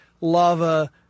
lava